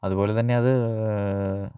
അതുപോലെത്തന്നെ അത്